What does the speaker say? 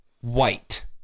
White